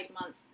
month